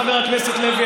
חבר הכנסת לוי,